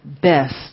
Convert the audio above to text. best